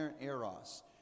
eros